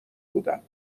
بودم